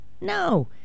No